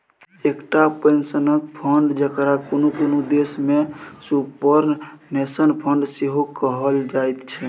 एकटा पेंशनक फंड, जकरा कुनु कुनु देश में सुपरनेशन फंड सेहो कहल जाइत छै